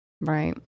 Right